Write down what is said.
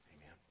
Amen